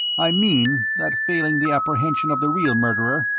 i mean that failing the apprehension of the real murderer,